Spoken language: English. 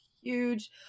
huge